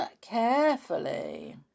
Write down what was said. carefully